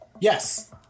Yes